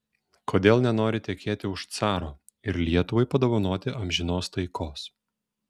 kodėl nenori tekėti už caro ir lietuvai padovanoti amžinos taikos